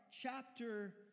chapter